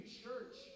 church